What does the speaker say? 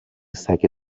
سگه